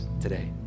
today